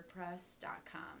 WordPress.com